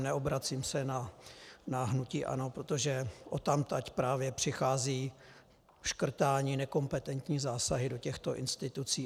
Neobracím se na hnutí ANO, protože odtamtud právě přichází škrtání, nekompetentní zásahy do těchto institucí.